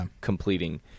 completing